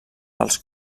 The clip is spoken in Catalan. els